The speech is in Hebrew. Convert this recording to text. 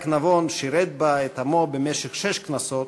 נבון שירת בה את עמו במשך שש כנסות